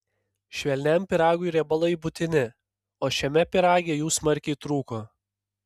švelniam pyragui riebalai būtini o šiame pyrage jų smarkiai trūko